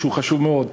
שהוא חשוב מאוד,